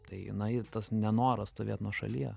tai jinai tas nenoras stovėt nuošalyje